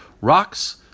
rocks